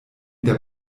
der